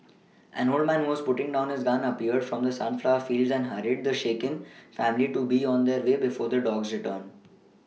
an old man was putting down his gun appeared from the sunflower fields and hurried the shaken family to be on their way before the dogs return